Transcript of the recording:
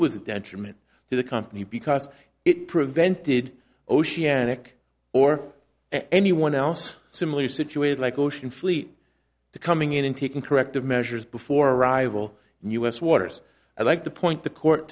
was a detriment to the company because it prevented oceanic or anyone else similarly situated like ocean fleet to coming in and taking corrective measures before arrival in us waters i like to point the court